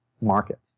markets